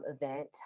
event